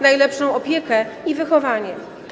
najlepszą opiekę i wychowanie.